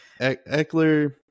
Eckler